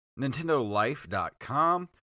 Nintendolife.com